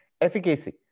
efficacy